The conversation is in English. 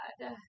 God